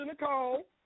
Nicole